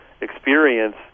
experience